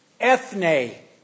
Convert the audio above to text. ethne